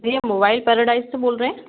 भैया mobile paradise से बोल रहे हैं